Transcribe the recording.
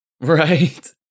Right